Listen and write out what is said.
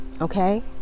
Okay